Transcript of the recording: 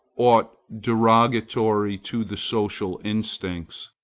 aught derogatory to the social instincts.